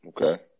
Okay